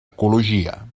ecologia